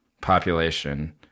population